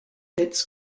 its